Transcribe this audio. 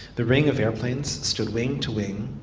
the ring of airplanes stood wing to wing.